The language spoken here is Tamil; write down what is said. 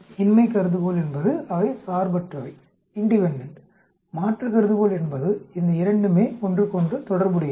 இன்மை கருதுகோள் என்பது அவை சார்பற்றவை மாற்று கருதுகோள் என்பது இந்த இரண்டுமே ஒன்றுக்கொன்று தொடர்புடையவை